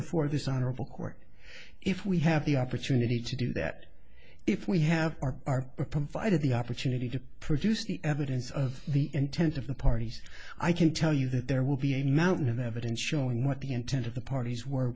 before this honorable court if we have the opportunity to do that if we have or are provided the opportunity to produce the evidence of the intent of the parties i can tell you that there will be a mountain of evidence showing what the intent of the parties w